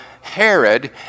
Herod